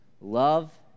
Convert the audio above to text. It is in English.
love